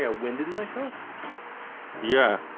ah winded myself yeah,